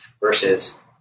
versus